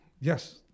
yes